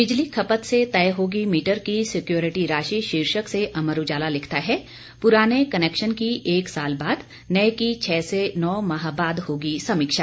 बिजली खपत से तय होगी मीटर की सिक्योरिटी राशि शीर्षक से अमर उजाला लिखता है पुराने कनेक्शन की एक साल बाद नए की छह से नौ माह बाद होगी समीक्षा